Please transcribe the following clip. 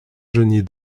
geniez